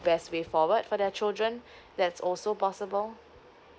best way forward for their children that's also possible